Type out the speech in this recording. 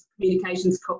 communications